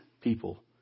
people